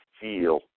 feel